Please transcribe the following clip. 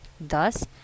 Thus